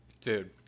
Dude